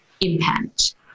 impact